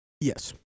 Yes